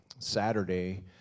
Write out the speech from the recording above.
Saturday